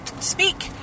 speak